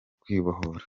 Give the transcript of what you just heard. kwibohora